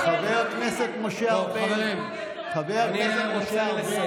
חבר הכנסת קרעי, למרות שאנחנו, חבר הכנסת קרעי.